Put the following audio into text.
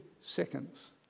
seconds